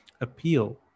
appeal